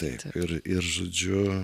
taip ir ir žodžiu